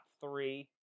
three